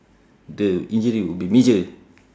the injury will be major